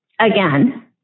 Again